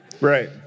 Right